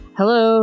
Hello